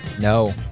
No